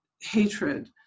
hatred